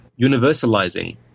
universalizing